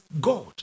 God